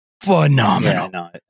Phenomenal